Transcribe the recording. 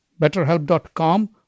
BetterHelp.com